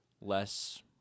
less